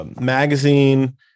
magazine